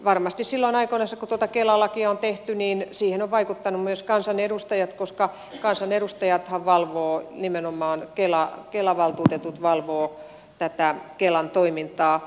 varmasti silloin aikoinansa kun kela lakia on tehty siihen ovat vaikuttaneet myös kansanedustajat koska kansanedustajathan valvovat nimenomaan kela valtuutetut valvovat kelan toimintaa